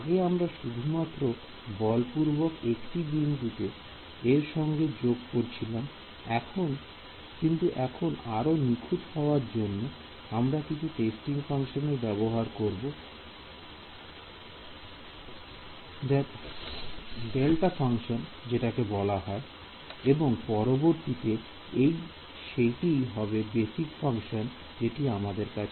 আগে আমরা শুধুমাত্র বলপূর্বক একটি বিন্দুতে এর সঙ্গে যোগ করছিলাম কিন্তু এখন আরো নিখুঁত হওয়ার জন্য আমরা একটি টেস্টিং ফাংশনের ব্যবহার করব দেলটা ফাংশন এর পরিবর্তে এবং সেটিই হবে বেসিক ফাংশনটি যেটি আমাদের আছে